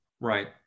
Right